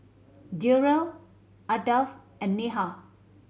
Durrell Ardath and Neha